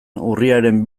urriaren